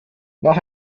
nach